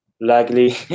Luckily